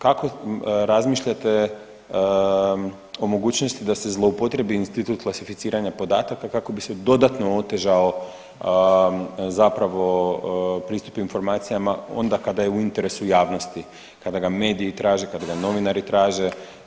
Kako, kako razmišljate o mogućnosti da se zloupotrijebi institut klasificiranja podataka kako bi se dodatno otežao zapravo pristup informacijama onda kada je u interesu javnosti, kada ga mediji traže, kada ga novinar traže?